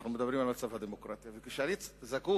אנחנו מדברים על מצב הדמוקרטיה, וכשאני זקוק